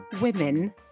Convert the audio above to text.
women